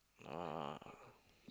uh